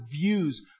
views